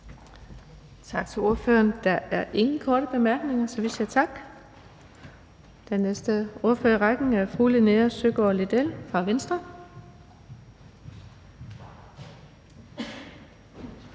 Tak til ordføreren. Der er ikke flere korte bemærkninger. Vi siger tak. Den næste ordfører i rækken er fru Dina Raabjerg fra Det